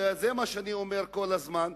וזה מה שאני אומר כל הזמן,